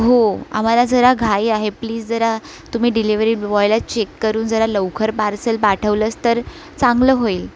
हो आम्हाला जरा घाई आहे प्लीज जरा तुम्ही डिलीवरी बॉयला चेक करून जरा लवकर पार्सल पाठवलंस तर चांगलं होईल